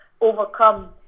overcome